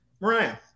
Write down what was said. Mariah